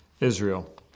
Israel